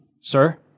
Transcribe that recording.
Sir